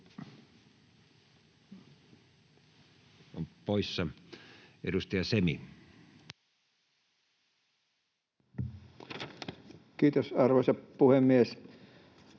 poissa. — Edustaja Semi. Kiitos, arvoisa puhemies!